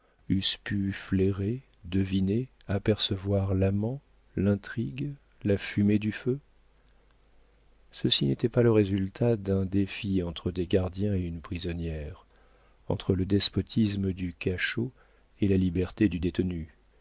eussent pu flairer deviner apercevoir l'amant l'intrigue la fumée du feu ceci n'était pas le résultat d'un défi entre des gardiens et une prisonnière entre le despotisme du cachot et la liberté du détenu